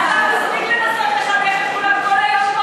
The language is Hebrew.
יאללה, מספיק לנסות לחנך את כולם כל היום.